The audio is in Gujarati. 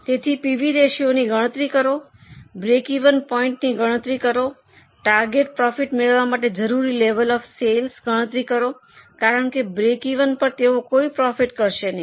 તેથી પીવી રેશિયોની ગણતરી કરો બ્રેકિવન પોઇન્ટની ગણતરી કરો ટાર્ગેટ પ્રોફિટ મેળવવા માટે જરૂરી લેવલ ઑફ સેલ્સના ગણતરી કરો કારણ કે બ્રેકિવન પર તેઓ કોઈ પ્રોફિટ કરશે નહીં